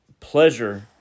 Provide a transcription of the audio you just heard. Pleasure